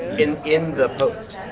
in in the post.